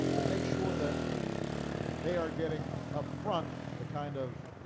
but make sure that they are getting up front the kind of